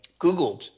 Googled